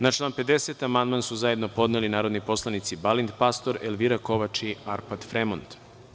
Na član 50. amandman su zajedno podneli narodni poslanici Balint Pastor, Elvira Kovač i Arpad Fremond.